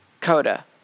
Coda